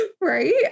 Right